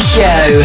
Show